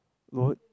what